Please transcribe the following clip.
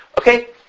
Okay